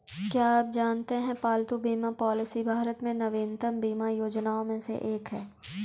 क्या आप जानते है पालतू बीमा पॉलिसी भारत में नवीनतम बीमा योजनाओं में से एक है?